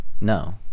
no